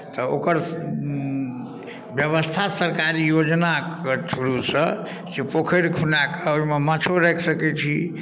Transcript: तऽ ओकर व्यवस्था सरकारी योजनाके थ्रूसँ से पोखरि खुना कऽ ओहिमे माछो राखि सकै छी